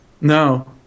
No